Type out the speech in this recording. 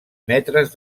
metres